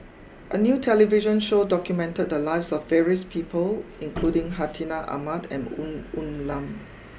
a new television show documented the lives of various people including Hartinah Ahmad and Woon Woon Lam